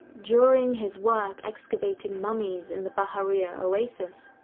during his work excavating mummies in the bahariya oasis,